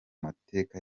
mateka